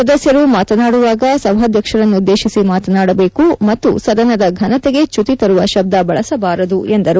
ಸದಸ್ಯರು ಮಾತನಾಡುವಾಗ ಸಭಾಧ್ಯಕ್ಷರನ್ನುದ್ದೇಶಿಸಿ ಮಾತನಾಡಬೇಕು ಮತ್ತು ಸದನದ ಘನತೆಗೆ ಚ್ಯುತಿ ತರುವ ಶಬ್ದ ಬಳಸಬಾರದು ಎಂದರು